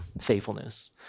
faithfulness